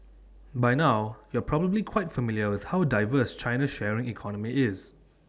by now you're probably quite familiar with how diverse China's sharing economy is